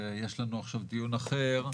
ויש לנו עכשיו דיון אחר.